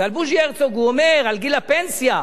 ועל בוז'י הרצוג הוא אומר, על גיל הפנסיה,